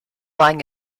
año